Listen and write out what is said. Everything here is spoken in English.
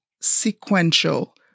sequential